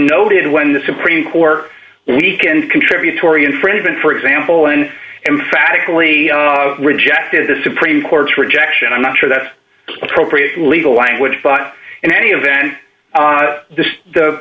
noted when the supreme court weak and contributory infringement for example and emphatically rejected the supreme court's rejection i'm not sure that appropriate legal language but in any event the